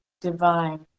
divine